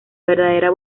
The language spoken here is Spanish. verdadera